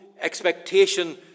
expectation